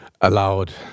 allowed